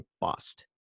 bust